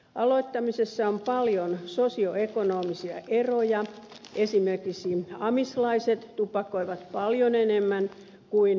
aloittamisessa on paljon sosioekonomisia eroja esimerkiksi amislaiset tupakoivat paljon enemmän kuin yliopisto opiskelijat